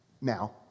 now